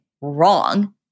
wrong